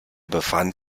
befand